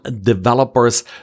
developers